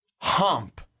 hump